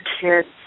kids